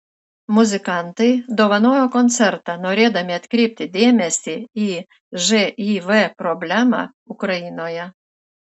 muzikantai dovanojo koncertą norėdami atkreipti dėmesį į živ problemą ukrainoje